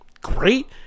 great